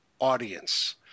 audience